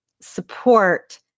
support